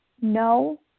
no